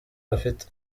bafite